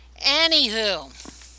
Anywho